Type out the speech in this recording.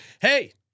Hey